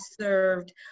served